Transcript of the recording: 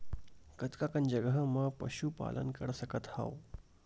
कतका कन जगह म पशु पालन कर सकत हव?